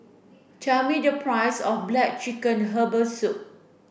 tell me the price of black chicken herbal soup